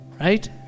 Right